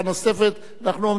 אנחנו עומדים מאז,